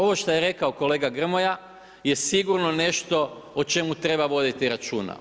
Ovo što je rekao kolega Grmoja je sigurno nešto o čemu treba voditi računa.